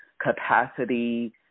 capacity